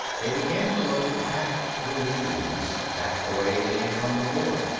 they began to lope back through the trees, back the way they had come before.